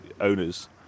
owners